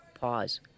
pause